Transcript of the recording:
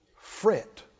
fret